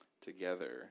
together